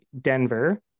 Denver